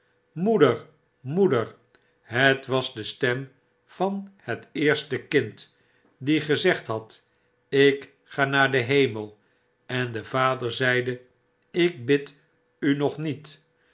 moeder moeder i het was de stem van het eerste kind die gezegd had ik ga naar den hemel en de vader zeide ik bid u nog niet